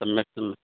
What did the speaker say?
सम्यक् सम्यक्